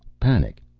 panic.